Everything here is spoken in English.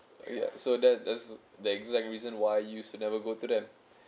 ya so that that's the exact reason why used to never go to them